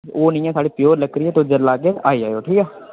ओह् निं ऐ साढ़ी प्योर लकड़ी ऐ तुस जेल्लै आह्गे आई जाएओ ठीक ऐ